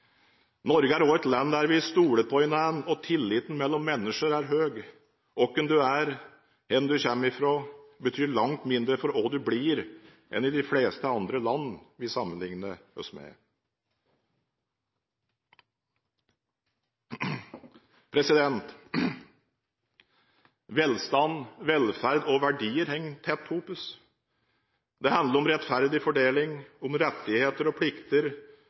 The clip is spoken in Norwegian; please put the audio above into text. Norge er også et land hvor vi stoler på hverandre og tilliten mellom mennesker er høy. Hvem du er, og hvor du kommer fra, betyr langt mindre for hva du blir, enn i de fleste andre land vi sammenligner oss med. Velstand, velferd og verdier henger tett sammen. Det handler om rettferdig fordeling, om rettigheter og plikter,